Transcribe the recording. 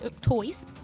Toys